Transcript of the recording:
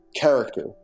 character